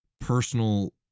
personal